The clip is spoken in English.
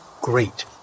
great